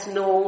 no